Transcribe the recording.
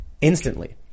instantly